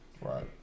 Right